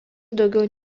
daugiau